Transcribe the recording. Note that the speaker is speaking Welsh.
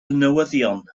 newyddion